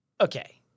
Okay